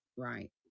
Right